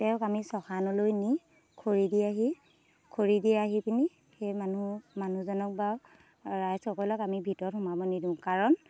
তেওঁক আমি শ্মশানলৈ নি খৰি দি আহি খৰি দি আহি পিনি সেই মানুহ মানুহজনক বা ৰাইজসকলক আমি ভিতৰত সোমাব নিদিওঁ কাৰণ